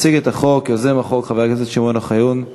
הצעת החוק התקבלה, ותועבר לדיון בוועדת העבודה,